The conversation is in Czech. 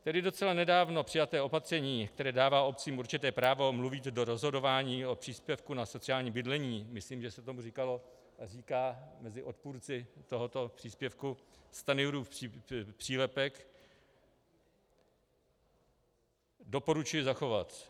Tedy docela nedávno přijaté opatření, které dává obcím určité právo mluvit do rozhodování o příspěvku na sociální bydlení, myslím, že se tomu říkalo a říká mezi odpůrci tohoto příspěvku Stanjurův přílepek, doporučuji zachovat.